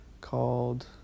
called